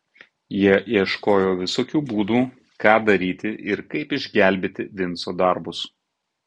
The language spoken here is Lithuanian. jie ieškojo visokių būdų ką daryti ir kaip išgelbėti vinco darbus